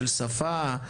של שפה,